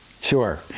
Sure